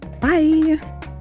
Bye